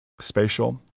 spatial